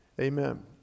Amen